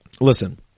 listen